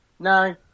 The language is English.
No